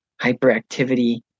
hyperactivity